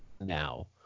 now